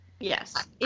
Yes